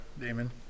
Damon